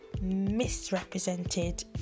misrepresented